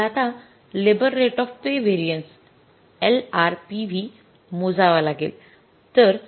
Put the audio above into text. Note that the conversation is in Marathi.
आपल्याला आता labour rate of pay variances मोजावा लागेल